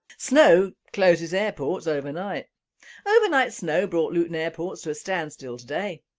snow closes airports. overnight overnight snow brought luton airports to a standstill today.